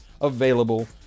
available